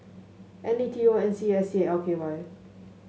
N A T O N S C S L K Y